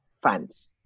fans